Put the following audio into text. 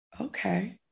okay